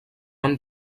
han